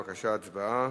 בבקשה, הצבעה.